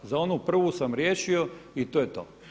Za onu prvu sam riješio i to je to.